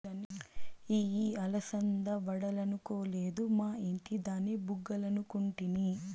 ఇయ్యి అలసంద వడలనుకొలేదు, మా ఇంటి దాని బుగ్గలనుకుంటిని